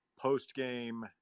post-game